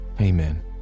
Amen